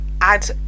add